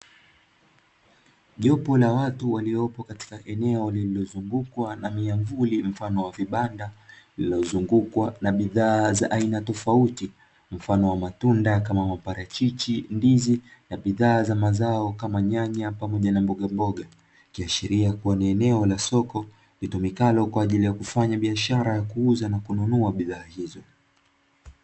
Jopo la watu waliopo katika eneo walilozungukwa na miavuli mfano wa vibanda, lilozungukwa na bidhaa za aina tofauti mfano wa matunda kama maparachichi ndizi na bidhaa za mazao kama nyanya pamoja na mboga mboga, ikiashiria kuwa ni eneo la soko litumikalo kwa ajili ya kufanya biashara ya kuuza na kununua bidhaa hizo.